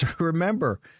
Remember